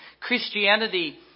Christianity